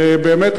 באמת,